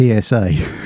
PSA